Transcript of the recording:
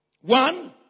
One